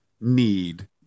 need